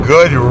Good